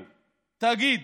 תאגיד,